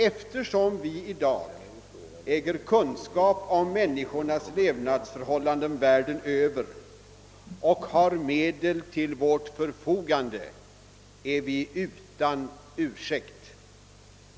Eftersom vi i dag äger kunskap om människors levnadsförhållanden världen över och har medel till vårt förfogande, är vi utan ursäkt.